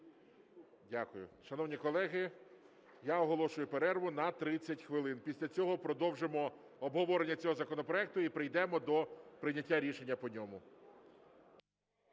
Дякую. Шановні колеги, я оголошую перерву на 30 хвилин. Після цього продовжимо обговорення цього законопроекту і прийдемо до прийняття рішення по ньому.